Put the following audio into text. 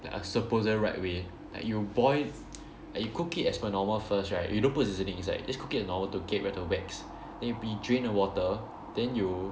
like a supposed right way like you boil like you cook it as per normal first right you don't put seasoning inside just cook it as normal to get rid of the wax then we drain the water then you